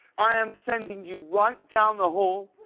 i'm sending you right down the hall